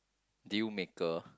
deal maker